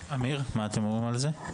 עמיר, מה אתם אומרים על זה?